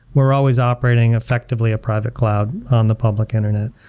we're always operating effectively a private cloud on the public internet.